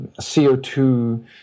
CO2